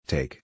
Take